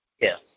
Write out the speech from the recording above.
Yes